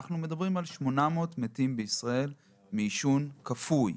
אנחנו מדברים על 800 מתים בישראל מעישון כפוי,